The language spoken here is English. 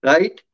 Right